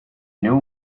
knew